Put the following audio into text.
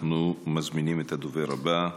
אנחנו מזמינים את הדוברת הבאה,